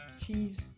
cheese